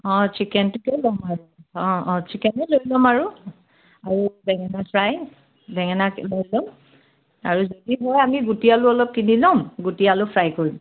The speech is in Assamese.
অঁ চিকেনটোকে ল'ম আৰু অঁ অঁ চিকেনেই লৈ ল'ম আৰু আৰু বেঙেনা ফ্ৰাই বেঙেনা লৈ ল'ম আৰু যদি পাৰো আমি গুটি আলু অলপ কিনি ল'ম গুটি আলু ফ্ৰাই কৰিম